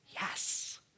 Yes